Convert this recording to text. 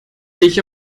dich